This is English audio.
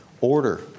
order